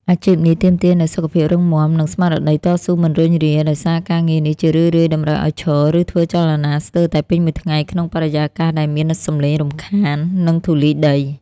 អាជីពនេះទាមទារនូវសុខភាពរឹងមាំ និងស្មារតីតស៊ូមិនរុញរា ដោយសារការងារនេះជារឿយៗតម្រូវឱ្យឈរ ឬធ្វើចលនាស្ទើរតែពេញមួយថ្ងៃក្នុងបរិយាកាសដែលមានសម្លេងរំខាន និងធូលីដី។